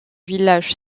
village